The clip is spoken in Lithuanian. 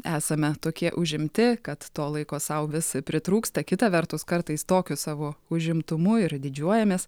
esame tokie užimti kad to laiko sau vis pritrūksta kita vertus kartais tokiu savo užimtumu ir didžiuojamės